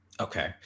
Okay